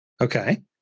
okay